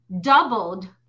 Doubled